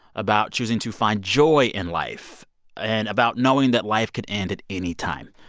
about choosing to find joy in life and about knowing that life could end at any time.